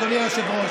אדוני היושב-ראש,